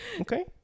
Okay